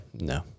No